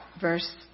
verse